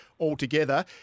altogether